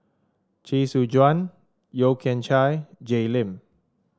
Chee Soon Juan Yeo Kian Chai Jay Lim